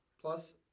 plus